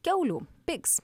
kiaulių pigs